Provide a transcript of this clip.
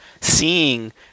seeing